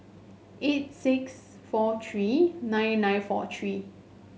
eight six four three nine nine four three